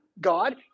God